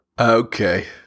Okay